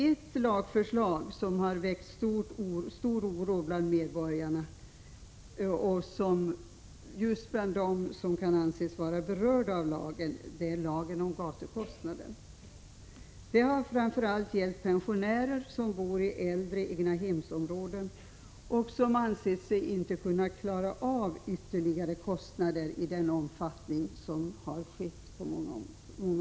Ett lagförslag som har väckt stor oro bland medborgarna — just bland dem som kan anses berörda — är lagen om gatukostnader. Det har framför allt gällt pensionärer som bor i äldre egnahemsområden och som ansett sig inte kunna klara av den ytterligare kostnad som har uppstått på många ställen.